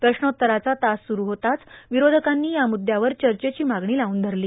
प्रश्नोत्तराचा तास सुरू होताच विरोधकांनी या मुद्यावर चर्चेची मागणी लाऊन धरली